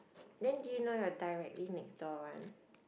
then do you know your directly next door one